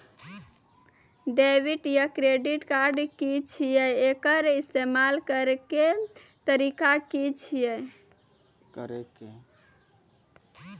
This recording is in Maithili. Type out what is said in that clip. डेबिट या क्रेडिट कार्ड की छियै? एकर इस्तेमाल करैक तरीका की छियै?